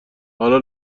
حالا